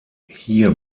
hier